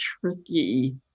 tricky